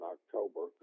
October